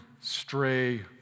stray